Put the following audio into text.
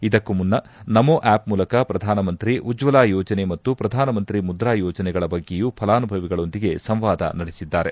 ಇದಕ್ಕೂ ಮುನ್ನ ನಮೋ ಆಪ್ ಮೂಲಕ ಪ್ರಧಾನಮಂತ್ರಿ ಉಜ್ವಲಾ ಯೋಜನೆ ಮತ್ತು ಪ್ರಧಾನಮಂತ್ರಿ ಮುದ್ರಾ ಯೋಜನೆಗಳ ಬಗ್ಗೆಯೂ ಫಲಾನುಭವಿಗಳೊಂದಿಗೆ ಸಂವಾದ ನಡೆಸಿದ್ದಾರೆ